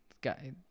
guy